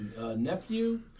nephew